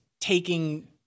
taking